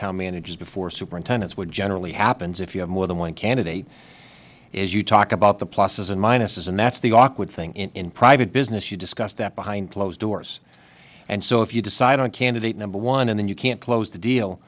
to manage before superintendence what generally happens if you have more than one candidate as you talk about the pluses and minuses and that's the awkward thing in private business you discuss that behind closed doors and so if you decide on candidate number one and then you can't close the deal